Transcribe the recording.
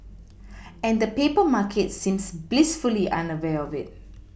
and the paper market seems blissfully unaware of it